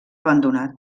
abandonat